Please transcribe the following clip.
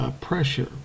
pressure